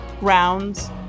rounds